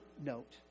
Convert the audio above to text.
note